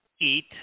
eat